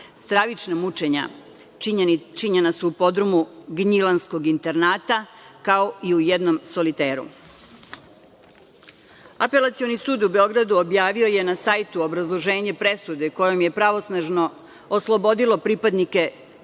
Stravična mučenja činjena su u podrumu Gnjilanskog internata, kao i u jednom soliteru. Apelacioni sud u Beogradu objavio je na sajtu obrazloženje presude kojom je pravosnažno oslobodilo pripadnike